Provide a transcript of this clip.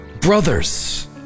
Brothers